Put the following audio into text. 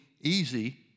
easy